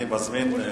אני מזמין את